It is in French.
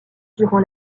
durant